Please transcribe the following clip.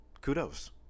kudos